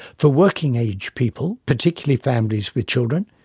for working age people, particularly families with children,